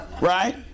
Right